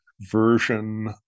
version